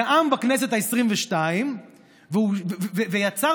נאם בכנסת העשרים-ושתיים ויצר,